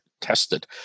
tested